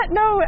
no